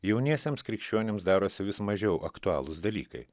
jauniesiems krikščionims darosi vis mažiau aktualūs dalykai